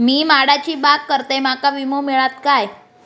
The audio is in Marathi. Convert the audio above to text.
मी माडाची बाग करतंय माका विमो मिळात काय?